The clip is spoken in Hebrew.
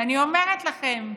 ואני אומרת לכם,